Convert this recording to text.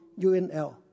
UNL